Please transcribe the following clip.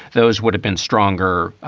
those would have been stronger,